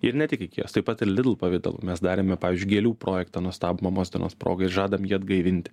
ir ne tik ikėjos taip pat ir lidl pavidalu mes darėme pavyzdžiui gėlių projektą nuostabų mamos dienos progai žadam jį atgaivinti